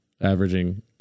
averaging